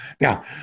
Now